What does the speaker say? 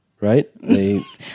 right